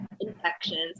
infections